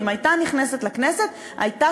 ואם היא הייתה נכנסת לפרלמנט היא הייתה